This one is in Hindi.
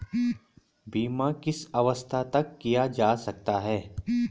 बीमा किस अवस्था तक किया जा सकता है?